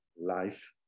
life